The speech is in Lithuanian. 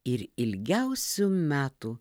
ir ilgiausių metų